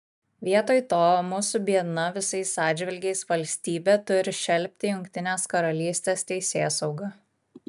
vietoj to mūsų biedna visais atžvilgiais valstybė turi šelpti jungtinės karalystės teisėsaugą